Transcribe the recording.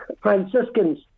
Franciscans